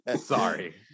Sorry